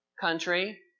country